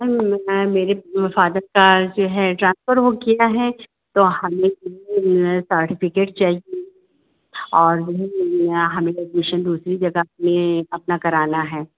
ma'am मैं मेरे father का जो है ट्रान्सफ़र हो गया है तो हमें ये सार्टिफ़िकेट चाहिए और हमें हमें एडमीशन दूसरी जगह अपने अपना कराना है